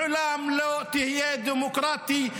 לעולם לא תהיה דמוקרטי,